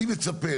אני מצפה,